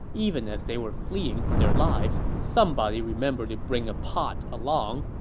even as they were fleeing for their lives, somebody remembered to bring a pot along,